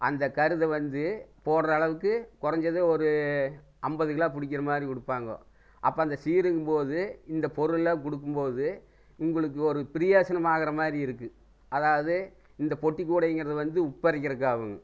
அந்த கருது வந்து போடுற அளவுக்கு கொறைஞ்சது ஒரு ஐம்பது கிலோ பிடிக்கிற மாதிரி கொடுப்பாங்கோ அப்போ அந்த சீருங்கும்போது இந்த பொருள்லாம் கொடுக்கும்போது உங்களுக்கு ஒரு பிரயேசனமாகற மாதிரி இருக்கு அதாவது இந்த பொட்டி கூடைங்கிறது வந்து உப்பு அரைக்கிறக்காவும்